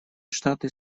штаты